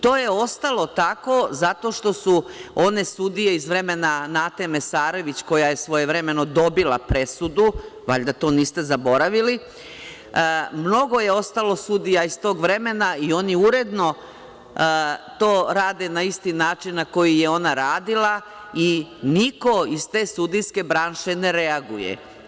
To je ostalo tako zato što su one sudije iz vremena Nate Mesarević, koja je svojevremeno dobila presudu, valjda to niste zaboravili, mnogo je ostalo sudija iz tog vremena i oni uredno to rade na isti način na koji je i ona radila i niko iz te sudijske branše ne reaguje.